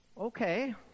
Okay